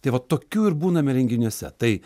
tai vat tokių ir būname renginiuose tai